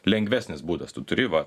lengvesnis būdas tu turi vat